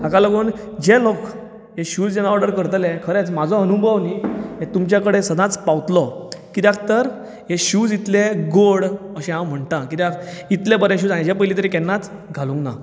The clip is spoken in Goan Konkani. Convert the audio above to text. हाका लागून जे लोक हे शूज हिंगा ऑर्डर करतले खरेंच म्हाजो अनुभव न्ही तुमचे कडेन सदांच पावतलो कित्याक तर हे शूज इतले गोड अशें हांव म्हणटा कित्याक इतले बरे शूज हांवें हेच्या पयलीं तरी केन्नाच घालूंक ना